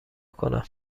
کنم